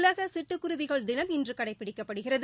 உலக சிட்டுக் குருவிகள் தினம் இன்று கடைபிடிக்கப்படுகிறது